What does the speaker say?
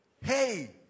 Hey